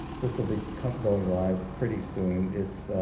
this will be going live pretty soon. it's